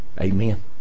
Amen